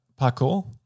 Parkour